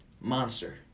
Monster